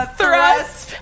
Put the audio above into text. thrust